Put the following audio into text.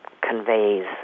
conveys